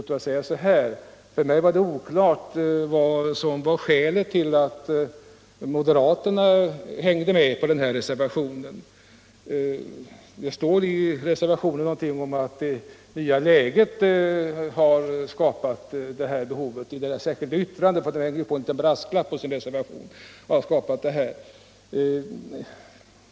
För mig har det varit oklart vad som var skälet till att moderaterna anslöt sig till denna reservation. I den brasklapp i form av ett särskilt yttrande som moderaterna har hängt på reservationen står något om att det nya läget har skapat behov av den föreslagna genomgången.